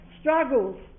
struggles